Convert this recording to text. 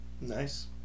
Nice